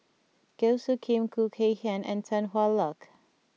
Goh Soo Khim Khoo Kay Hian and Tan Hwa Luck